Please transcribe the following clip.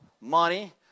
money